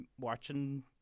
watching